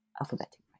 alphabetic